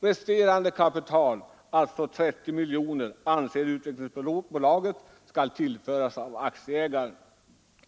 Resterande kapital — alltså 30 miljoner — anser Utvecklingsbolaget skall tillföras av aktieägaren.